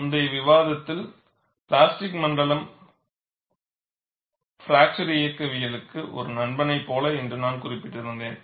முந்தைய விவாதத்தில் பிளாஸ்டிக் மண்டலம் பிராக்சர் இயக்கவியலுக்கு ஒரு நண்பனை போல என்று குறிப்பிட்டேன்